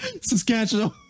Saskatchewan